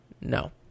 No